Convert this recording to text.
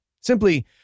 Simply